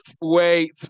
wait